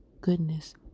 goodness